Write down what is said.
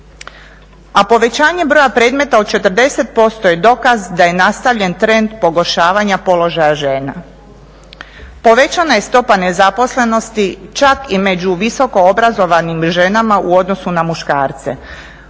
A povećanje broja predmeta od 40% je dokaz da je nastavljen trend pogoršavanja položaja žena. Povećana je stopa nezaposlenosti čak i među visoko obrazovanim ženama u odnosu na muškarce,